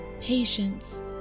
patience